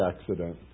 accident